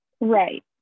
right